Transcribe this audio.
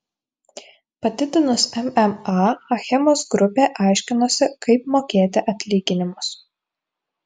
padidinus mma achemos grupė aiškinosi kaip mokėti atlyginimus